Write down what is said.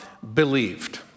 believed